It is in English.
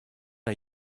are